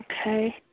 Okay